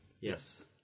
Yes